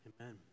Amen